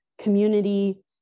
community